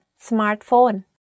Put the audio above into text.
Smartphone